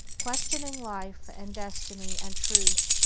questioning life and destiny and truth,